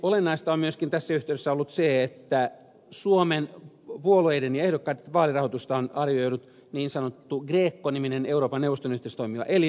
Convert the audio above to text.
olennaista on myöskin tässä yhteydessä ollut se että suomen puolueiden ja ehdokkaiden vaalirahoitusta on arvioinut niin sanottu greco niminen euroopan neuvoston yhteydessä toimiva elin eli group of statets against corruption